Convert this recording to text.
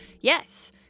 yes